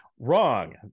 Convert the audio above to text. Wrong